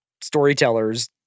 storytellers